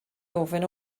ofyn